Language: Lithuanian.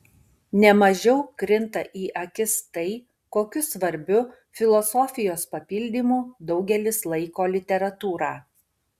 ne mažiau krinta į akis tai kokiu svarbiu filosofijos papildymu daugelis laiko literatūrą